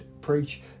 preach